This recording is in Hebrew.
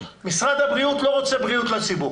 משרד הבריאות לא רוצה בריאות לציבור.